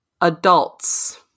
adults